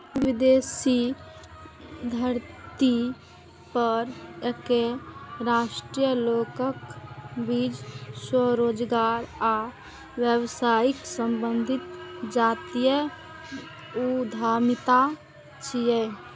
विदेशी धरती पर एके राष्ट्रक लोकक बीच स्वरोजगार आ व्यावसायिक संबंध जातीय उद्यमिता छियै